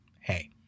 hey